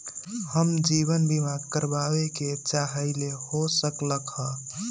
हम जीवन बीमा कारवाबे के चाहईले, हो सकलक ह?